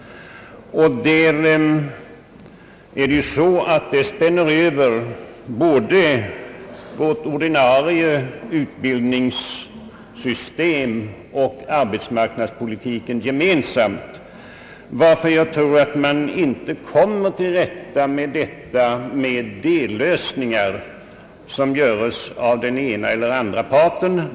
Detta spänner över både vårt ordinarie utbildningssystem och arbetsmarknadspolitiken. Jag tror därför att man inte kommer till rätta med frågan genom dellösningar, som görs av den ena eller andra parten.